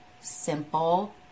simple